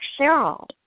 Cheryl